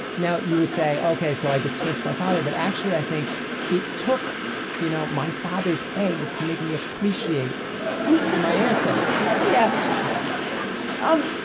now you would say, okay, so i dismissed my father. but actually, i think it took you know my father's eggs to make me appreciate um